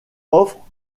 offre